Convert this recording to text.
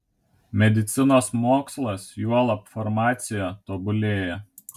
medicinos mokslas juolab farmacija tobulėja